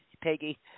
Peggy